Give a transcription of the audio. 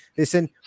Listen